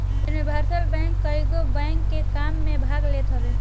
universal bank कईगो bank के काम में भाग लेत हवे